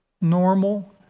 normal